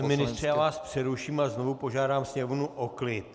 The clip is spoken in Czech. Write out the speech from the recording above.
Pane ministře, já vás přeruším a znovu požádám sněmovnu o klid.